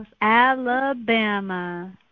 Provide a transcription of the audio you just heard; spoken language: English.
Alabama